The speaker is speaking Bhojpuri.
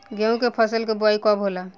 गेहूं के फसल के बोआई कब होला?